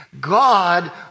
God